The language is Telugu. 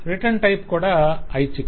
రిటర్న్ టైప్ కూడా ఐచ్ఛికం